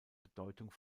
bedeutung